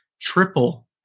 triple